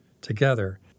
together